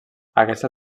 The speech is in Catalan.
aquesta